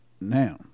now